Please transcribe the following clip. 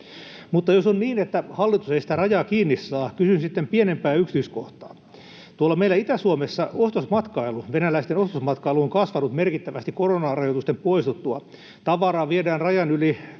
Mutta jos on niin, että hallitus ei sitä rajaa kiinni saa, kysyn sitten pienempää yksityiskohtaa. Meillä Itä-Suomessa venäläisten ostosmatkailu on kasvanut merkittävästi koronarajoitusten poistuttua, tavaraa viedään rajan yli